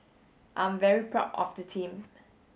I'm very proud of the team